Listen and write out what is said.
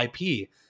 IP